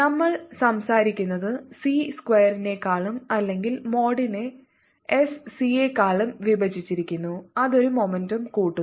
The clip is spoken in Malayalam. നമ്മൾ സംസാരിക്കുന്നത് സി സ്ക്വയറിനേക്കാളും അല്ലെങ്കിൽ മോഡിനെ എസ് സി യെക്കാളും വിഭജിച്ചിരിക്കുന്നു അതൊരു മൊമന്റം കൂട്ടുന്നു